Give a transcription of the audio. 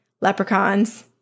Leprechauns